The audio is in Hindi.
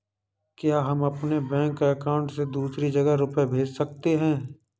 क्या हम अपने बैंक अकाउंट से दूसरी जगह रुपये भेज सकते हैं?